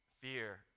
fear